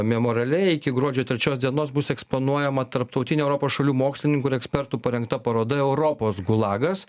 memoriale iki gruodžio trečios dienos bus eksponuojama tarptautinė europos šalių mokslininkų ir ekspertų parengta paroda europos gulagas